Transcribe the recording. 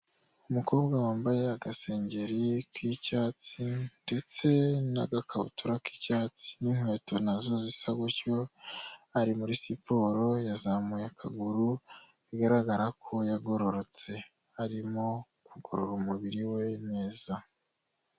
Umukobwa wambaye agasengeri k'icyatsi ndetse n'agakabutura k'icyatsi n'inkweto nazo zisa gutyo ari muri siporo yazamuye akaguru bigaragara ko yagororotse arimo kugorora umubiri we neza.